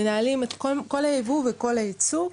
מנהלים את כל הייבוא וכל הייצוא,